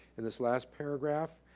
in this last paragraph,